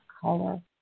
color